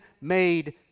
made